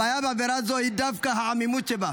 הבעיה בעבירה זו היא דווקא העמימות שבה.